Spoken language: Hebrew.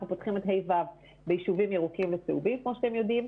אנחנו פותחים את ה'-ו' ביישובים ירוקים וצהובים כמו שאתם יודעים.